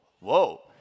Whoa